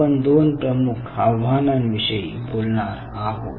आपण दोन प्रमुख आव्हानाविषयी बोलणार आहोत